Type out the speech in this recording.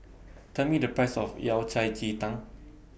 Tell Me The Price of Yao Cai Ji Tang